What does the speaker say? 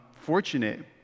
fortunate